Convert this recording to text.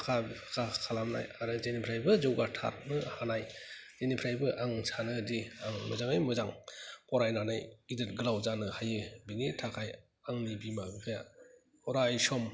आखा फाखा खालामनाय आरो जेनिफ्रायबो जौगाथारनो हानाय जेनिफ्रायबो आं सोनोदि मोजाङै मोजां फरायनानै गिदिर गोलाव जानो हायो बिनि थाखाय आंनि बिमा बिफाया अरायसम